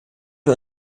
wir